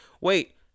wait